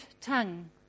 tongue